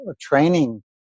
training